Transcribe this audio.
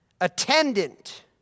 attendant